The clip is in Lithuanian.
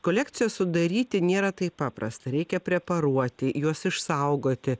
kolekciją sudaryti nėra taip paprasta reikia preparuoti juos išsaugoti